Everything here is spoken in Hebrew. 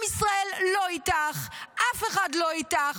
עם ישראל לא איתך, אף אחד לא איתך.